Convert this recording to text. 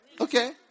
Okay